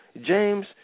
James